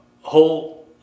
whole